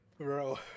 Bro